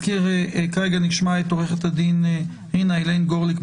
כרגע נשמע את עוה"ד רינה איילין גורליק,